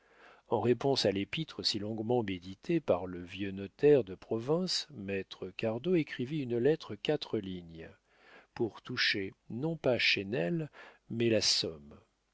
en réponse à l'épître si longuement méditée par le vieux notaire de province maître cardot écrivit une lettre de quatre lignes pour toucher non pas chesnel mais la somme